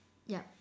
yup